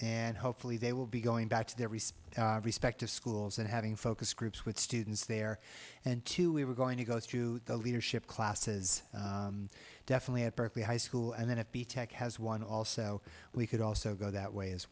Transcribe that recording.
and hopefully they will be going back to their response respective schools and having focus groups with students there and two we were going to go through the leadership classes definitely at berkeley high school and then if the tech has one also we could also go that way as